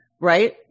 Right